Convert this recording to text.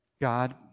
God